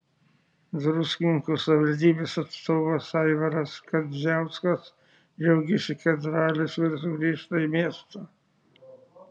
druskininkų savivaldybės atstovas aivaras kadziauskas džiaugėsi kad ralis vėl sugrįžta į miestą